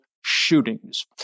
shootings